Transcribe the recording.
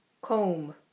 Comb